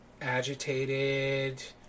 agitated